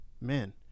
Man